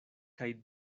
kaj